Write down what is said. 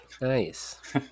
Nice